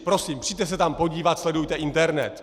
Prosím, přijďte se tam podívat, sledujte internet.